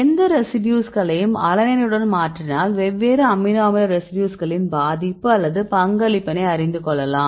எந்த ரெசிடியூஸ்களையும் அலனைனுடன் மாற்றினால் வெவ்வேறு அமினோ அமில ரெசிடியூஸ்களின் பாதிப்பு அல்லது பங்களிப்பினை அறிந்து கொள்ளலாம்